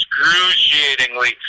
excruciatingly